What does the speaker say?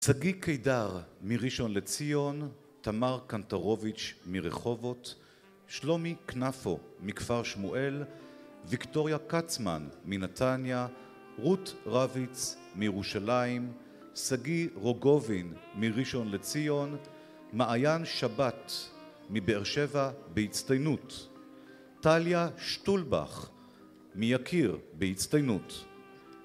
סגי קידר מראשון לציון, תמר קנטרוביץ' מרחובות, שלומי קנפו מכפר שמואל, ויקטוריה כצמן מנתניה, רות רביץ מירושלים, שגיא רוגובין מראשון לציון, מעיין שבת מבאר שבע בהצטיינות, טליה שטולבח מיקיר בהצטיינות,